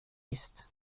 ist